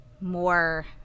more